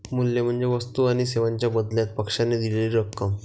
मूल्य म्हणजे वस्तू किंवा सेवांच्या बदल्यात पक्षाने दिलेली रक्कम